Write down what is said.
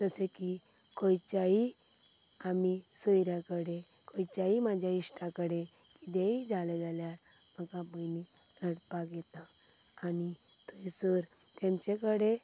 जशें की खंयच्याय आमी सोयऱ्यां कडे खंयच्याय म्हज्या इश्टा कडेन किदेंयी जालें जाल्यार म्हाका पयलीं रडपाक येता आनी थंयसर तेंचे कडेन